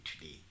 today